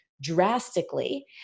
drastically